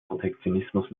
protektionismus